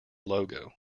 logo